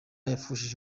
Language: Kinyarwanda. yapfushije